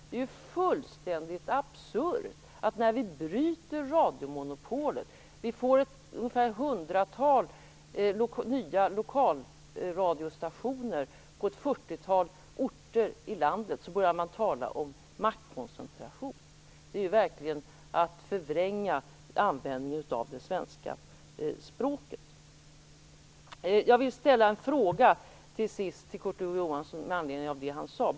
Det är ju fullständigt absurt att Kurt Ove Johansson, när vi bryter radiomonopolet och får ett hundratal nya lokalradiostationer på ett fyrtiotal orter i landet, börjar tala om maktkoncentration. Det är verkligen att förvränga användningen av det svenska språket. Jag vill till sist ställa två frågor till Kurt Ove Johansson med anledning av det som han sade.